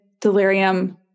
delirium